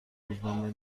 روزنامه